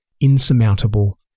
insurmountable